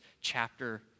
chapter